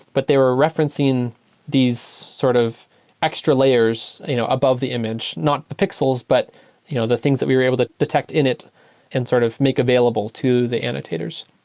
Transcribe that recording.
but they were referencing these sort of extra layers you know above the image. not the pixels, but you know the things that we are able to detect in it and sort of make available to the annotators.